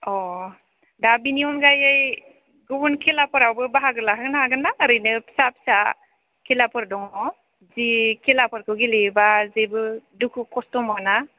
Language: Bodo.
अ' दा बिनि अनगायै गुबुन खेलाफ्रावबो बाहागो लाहोनो हागोनना ओरैनो फिसा फिसा खेलाफोर दङ बे खेलाफोरखौ गेलेयोबा जेबो दुखु खस्थ' मोना